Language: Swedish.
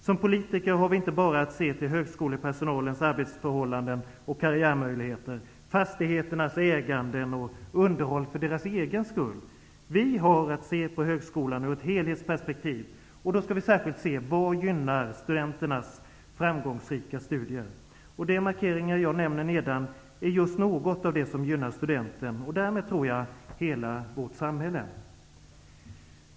Som politiker har vi inte bara att se till högskolepersonalens arbetsförhållanden och karriärmöjligheter, ägande och underhåll av fastigheter för deras egen skull. Vi har att se på högskolan ur ett helhetsperspektiv. Då skall vi särskilt se på vad som gynnar studenterna, så att deras studier blir framgångsrika. De markeringar jag nämner är just något av det som gynnar studenten och därmed, tror jag, hela vårt samhälle.